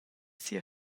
sia